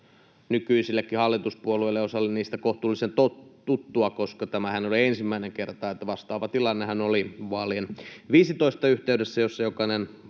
nykyisillekin hallituspuolueille, osalle niistä, kohtuullisen tuttua, koska tämähän ei ole ensimmäinen kerta. Vastaava tilannehan oli vaalien 15 yhteydessä, kun jokainen